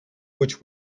which